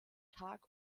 tag